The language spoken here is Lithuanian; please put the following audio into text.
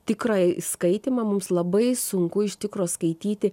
tikrąjį skaitymą mums labai sunku iš tikro skaityti